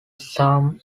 some